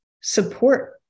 support